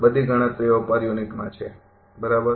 બધી ગણતરીઓ પર યુનિટમાં છે બરાબર